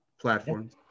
platforms